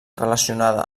relacionada